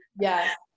Yes